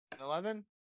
Eleven